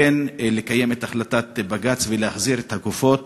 לקיים את החלטת בג"ץ ולהחזיר את הגופות,